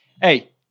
Hey